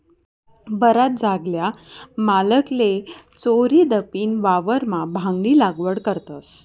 बराच जागल्या मालकले चोरीदपीन वावरमा भांगनी लागवड करतस